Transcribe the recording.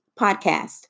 podcast